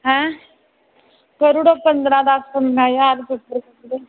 हैं करी ओड़ो पंदरं तक पचुंजा ज्हार तक